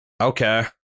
Okay